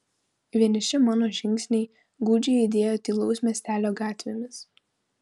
vieniši mano žingsniai gūdžiai aidėjo tylaus miestelio gatvėmis